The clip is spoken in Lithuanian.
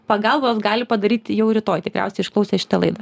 pagalbos gali padaryt jau rytoj tikriausia išklausę šitą laidą